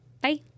Bye